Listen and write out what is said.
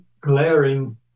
glaring